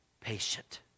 patient